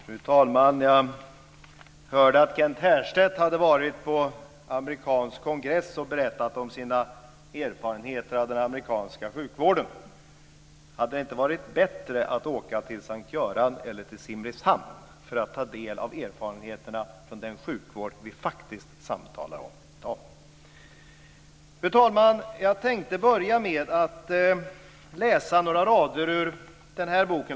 Fru talman! Jag hörde att Kent Härstedt hade varit på en amerikansk kongress och berättat om sina erfarenheter av den amerikanska sjukvården. Hade det inte varit bättre att åka till S:t Görans Sjukhus eller till Simrishamn för att ta del av erfarenheterna av den sjukvård som vi samtalar om i dag? Fru talman! Jag tänkte börja med att läsa några rader ur en bok.